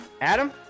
Adam